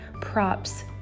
props